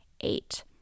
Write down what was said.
eight